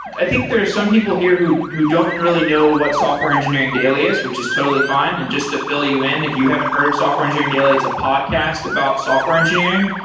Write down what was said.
i think there are some people here who who don't really know what software engineering daily is, which is totally fine. and just to fill you in, if you haven't heard of software engineering daily, it's a podcast about software engineering.